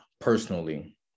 personally